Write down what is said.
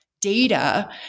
data